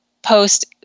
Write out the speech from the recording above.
post